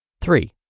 Three